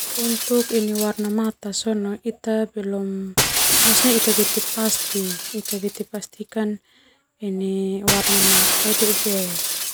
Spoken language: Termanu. Warna mata Ita beti pastikan warna mata ia deube fa.